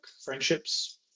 friendships